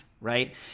right